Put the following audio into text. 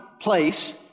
place